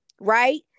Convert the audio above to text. right